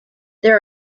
there